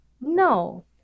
No